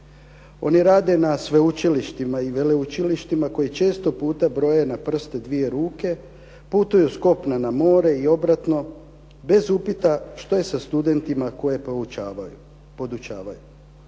Oni rade na sveučilištima i veleučilištima koji često puta broje na prste dvije ruke, putuju s kopna na more i obratno bez upita što je sa studentima koje podučavaju.